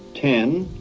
ten,